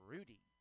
Rudy